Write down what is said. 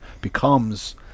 becomes